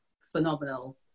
phenomenal